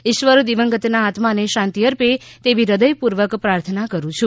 ઈશ્વર દિવંગતનાં આત્માને શાંતિ અર્પે તેવી હૃદયપૂર્વક પ્રાર્થના કરું છું